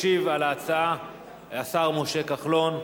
ישיב על ההצעה השר משה כחלון,